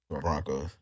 Broncos